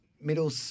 Middle